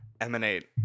emanate